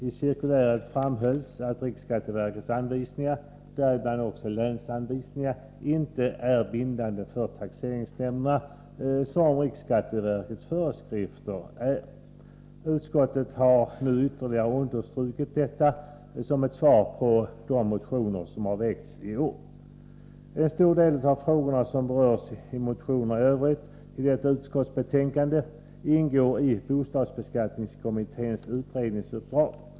I cirkuläret framhölls att riksskatteverkets anvisningar — däribland länsanvisningarna — inte är bindande för taxeringsnämnderna, vilket riksskatteverkets föreskrifter är. Utskottet har nu ytterligare understrukit detta såsom svar på de motioner som väckts i år. En stor del av de frågor som berörs i motionerna i detta utskottsbetänkan de ingår i bostadsbeskattningskommitténs utredningsuppdrag.